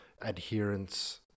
adherence